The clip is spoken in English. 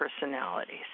personalities